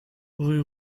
rue